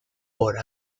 por